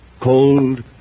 cold